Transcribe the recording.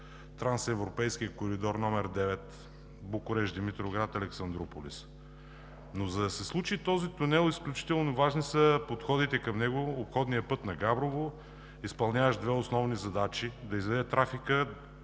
Трансевропейския коридор № 9 Букурещ – Димитровград – Александруполис. Но за да се случи този тунел, изключително важни са подходите към него – обходният път на Габрово, изпълняващ две основни задачи: да изведе трафика